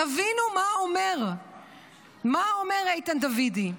תבינו מה אומר איתן דוידי.